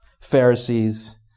Pharisees